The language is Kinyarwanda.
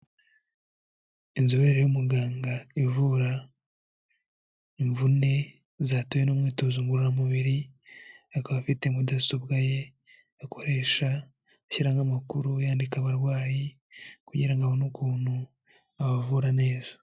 Inzobere y'umuganga ivura imvune zatewe n'umwitozo ngororamubiri, akaba afite mudasobwaye akoresha ashyiramo amakuru yandika abarwayi kugira ngo abone ukuntu abavura neza.